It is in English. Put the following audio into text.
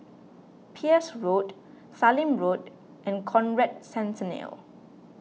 Peirce Road Sallim Road and Conrad Centennial